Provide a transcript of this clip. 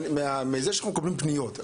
אנחנו מקבלים פניות.